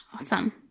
Awesome